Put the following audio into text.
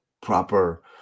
proper